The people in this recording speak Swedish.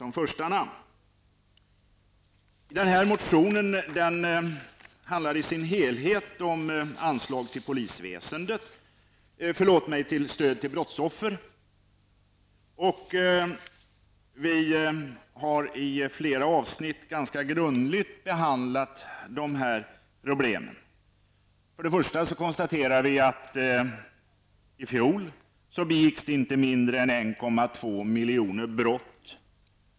Motionen handlar i sin helhet om stöd till brottsoffer. Vi har i flera avsnitt ganska grundligt behandlat de problemen. Vi kan konstatera att det i fjol begicks inte mindre än 1,2 miljoner brott.